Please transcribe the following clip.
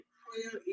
prayer